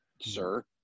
Sir